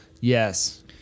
Yes